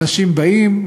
אנשים באים,